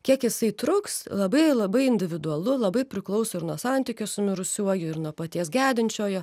kiek jisai truks labai labai individualu labai priklauso ir nuo santykio su mirusiuoju ir nuo paties gedinčiojo